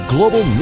Global